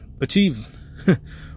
achieve